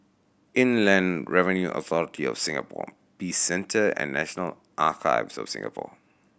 Inland Revenue Authority of Singapore Peace Centre and National Archives of Singapore